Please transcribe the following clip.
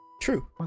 True